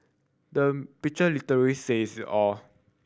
the picture literally says it all